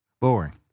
boring